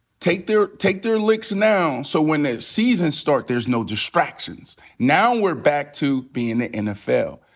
take their take their licks now, so when the season start, there's no distractions. now we're back to bein' the nfl.